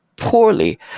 poorly